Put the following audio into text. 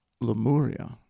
Lemuria